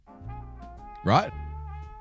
Right